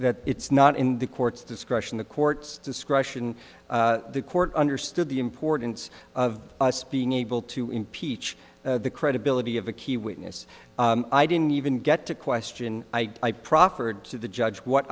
that it's not in the court's discretion the court's discretion the court understood the importance of us being able to impeach the credibility of a key witness i didn't even get to question i proffered to the judge what